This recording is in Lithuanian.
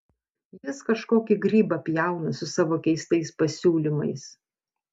jis kažkokį grybą pjauna su savo keistais pasiūlymais